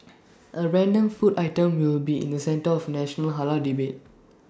A random food item will be in the centre of national Halal debate